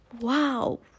wow